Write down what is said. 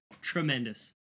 Tremendous